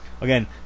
Again